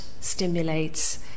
stimulates